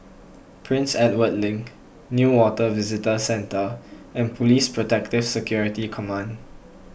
Prince Edward Link Newater Visitor Centre and Police Protective Security Command